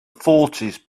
fourties